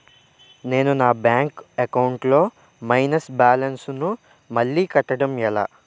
నేను నా bank account లొ మైనస్ బాలన్స్ ను మళ్ళీ కట్టడం ఎలా?